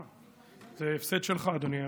אה, ההפסד שלך, אדוני היושב-ראש.